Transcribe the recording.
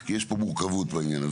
יש פה מורכבות בעניין הזה,